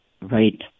Right